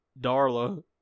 Darla